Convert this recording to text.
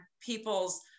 people's